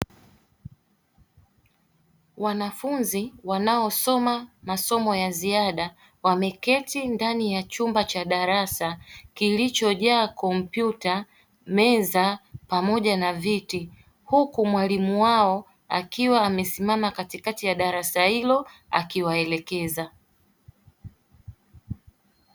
Wanafunzi wanaosoma masomo ya ziada wameketi ndani ya chumba cha darasa kilichojaa kumpyuta, meza pamoja na viti huku mwalimu wao akiwa amesimama katikati ya darasa hilo akiwaelekeza.